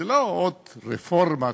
זו לא עוד רפורמה.